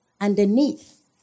underneath